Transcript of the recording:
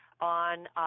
On